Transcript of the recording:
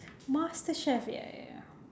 masterchef ya ya ya